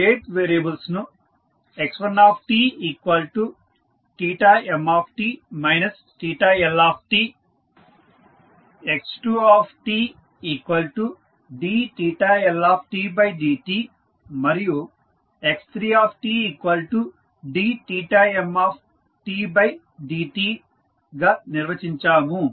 మనము state variables ను x1tmt Lt x2tdLtdt మరియు x3tdmdt నిర్వచించాము